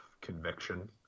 conviction